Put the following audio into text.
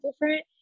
different